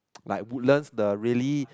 like Woodlands the really